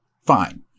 fine